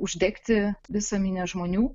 uždegti visą minią žmonių